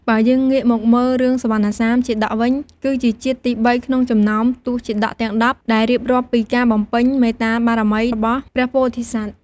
បើយើងងាកមកមើលរឿងសុវណ្ណសាមជាតកវិញ គឺជាជាតិទីបីក្នុងចំណោមទសជាតកទាំង ១០ ដែលរៀបរាប់ពីការបំពេញ មេត្តាបារមី របស់ព្រះពោធិសត្វ។